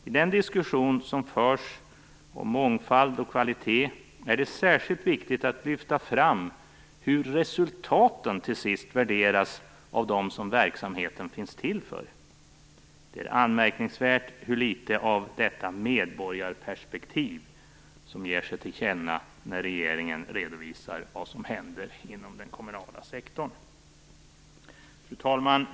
I den diskussion som förs om mångfald och kvalitet är det särskilt viktigt att lyfta fram hur resultaten till sist värderas av dem som verksamheten finns till för. Det är anmärkningsvärt hur litet av detta medborgarperspektiv som ges till känna när regeringen redovisar vad som händer inom den kommunala sektorn. Fru talman!